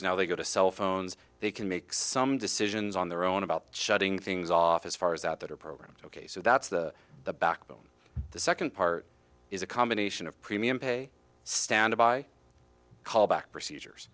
pagers now they go to cell phones they can make some decisions on their own about shutting things off as far as that that are programmed ok so that's the backbone the second part is a combination of premium pay standby callback procedures